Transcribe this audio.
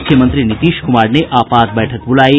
मुख्यमंत्री नीतीश कुमार ने आपात बैठक बूलायी